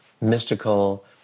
mystical